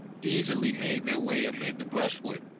easily made their way amid the brush wood,